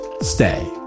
stay